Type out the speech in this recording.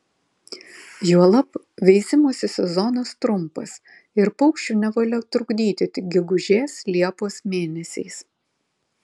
juolab veisimosi sezonas trumpas ir paukščių nevalia trukdyti tik gegužės liepos mėnesiais